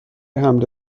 حمل